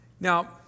Now